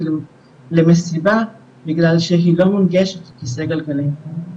למסיבה בגלל שהיא לא מונגשת לכסא גלגלים.